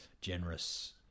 generous